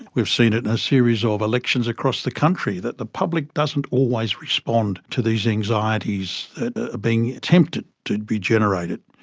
we've seen it in a series of elections across the country, that the public doesn't always respond to these anxieties that are being attempted to be generated.